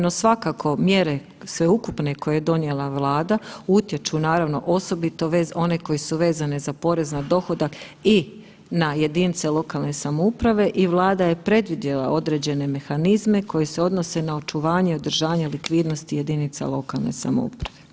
No, svakako mjere sveukupne koje je donijela Vlada, utječu naravno, osobito one koje su vezane za porez na dohodak i na jedinice lokalne samouprave i Vlada je predvidjela određene mehanizme koji se odnose na očuvanje i održanje likvidnosti jedinica lokalnih samouprava.